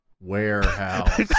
warehouse